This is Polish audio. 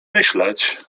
myśleć